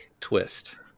twist